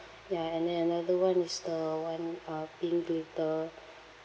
ya and then another one is the one uh pink glitter